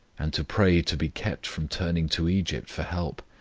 and to pray to be kept from turning to egypt for help,